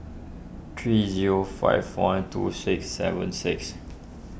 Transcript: three zero five one two six seven six